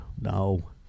No